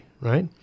right